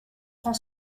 grand